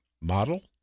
model